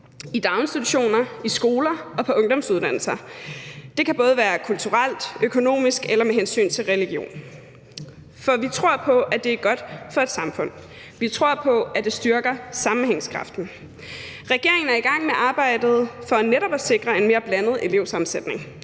i daginstitutioner, i skoler og på ungdomsuddannelser – det kan både være kulturelt, økonomisk eller med hensyn til religion – for vi tror på, at det er godt for et samfund, vi tror på, at det styrker sammenhængskraften. Regeringen er i gang med arbejdet for netop at sikre en mere blandet sammensætning: